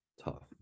tough